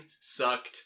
sucked